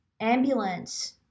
ambulance